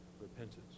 repentance